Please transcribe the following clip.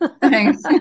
thanks